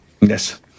Yes